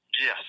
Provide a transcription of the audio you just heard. Yes